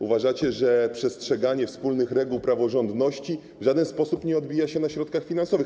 Uważacie, że przestrzeganie wspólnych reguł praworządności w żaden sposób nie odbija się na środkach finansowych.